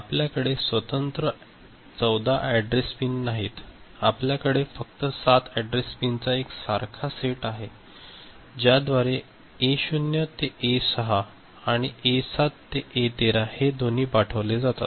आपल्याकडे स्वतंत्र 14 address pin नाहीत आपल्याकडे फक्त 7 अॅड्रेस पिनचा एक साराख सेट आहे ज्याद्वारे ए 0 ते ए 6 आणि ए 7 ते ए 13 हे दोन्ही पाठवले जातात